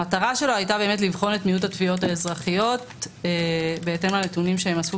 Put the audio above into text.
המטרה שלו הייתה לבחון את מיעוט התביעות האזרחיות לפי הנתונים שהם עשו.